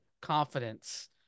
confidence